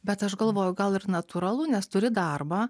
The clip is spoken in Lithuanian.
bet aš galvoju gal ir natūralu nes turi darbą